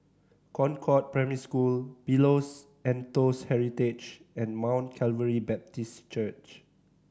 Concord Primary School Pillows and Toast Heritage and Mount Calvary Baptist Church